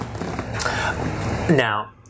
now